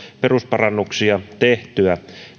perusparannuksia tehtyä